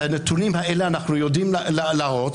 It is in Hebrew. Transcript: את הנתונים האלה אנחנו יודעים להעלות.